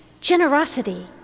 generosity